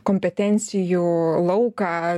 kompetencijų lauką